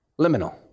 liminal